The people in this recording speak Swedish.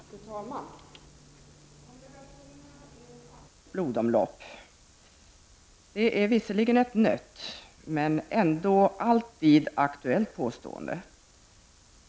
Fru talman! Kommunikationerna är samhällets blodomlopp. Detta är visserligen ett nött, men ändå alltid aktuellt påstående.